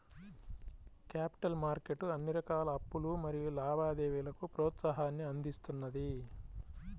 capital market అన్ని రకాల అప్పులు మరియు లావాదేవీలకు ప్రోత్సాహాన్ని అందిస్తున్నది